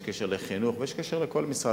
יש קשר לחינוך ויש קשר לכל מספר,